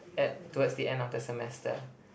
at towards the end of the semester